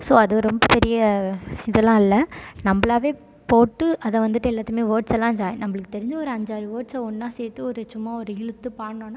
so அது ரொம்ப பெரிய இதெல்லாம் இல்லை நம்மளாவே போட்டு அதை வந்துவிட்டு எல்லாத்தையுமே வோர்ட்ஸெல்லாம் ஜாயின் நம்மளுக்கு தெரிஞ்ச ஒரு அஞ்சாறு வோர்ட்ஸை ஒன்னாக சேர்த்து ஒரு சும்மா ஒரு இழுத்து பாடுனோம்ன்னா